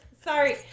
Sorry